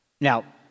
Now